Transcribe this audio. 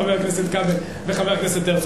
חבר הכנסת כבל וחבר הכנסת הרצוג.